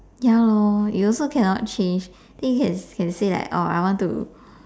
ya lor you also cannot change then you can can say like oh I want to